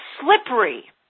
slippery